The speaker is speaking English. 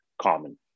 common